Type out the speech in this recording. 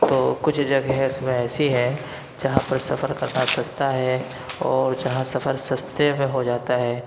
تو کچھ جگہیں اِس میں ایسی ہیں جہاں پر سفر کرنا سَستا ہے اور جہاں سفر سَستے میں ہو جاتا ہے